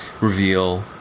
reveal